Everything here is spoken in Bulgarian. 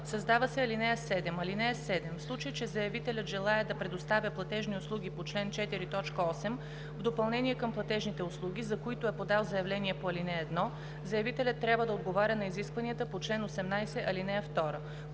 създаде ал. 7: „(7) В случай че заявителят желае да предоставя платежни услуги по чл. 4, т. 8 в допълнение към платежните услуги, за които е подал заявление по ал. 1, заявителят трябва да отговаря на изискванията по чл. 18, ал. 2.“